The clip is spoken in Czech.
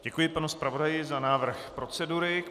Děkuji panu zpravodaji za návrh procedury.